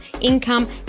income